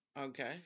Okay